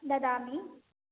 ददामि